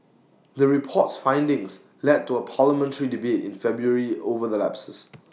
the report's findings led to A parliamentary debate in February over the lapses